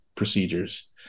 procedures